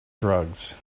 drugs